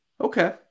Okay